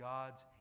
God's